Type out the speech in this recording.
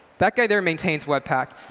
that guy there maintains webpack.